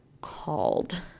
called